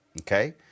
Okay